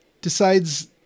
decides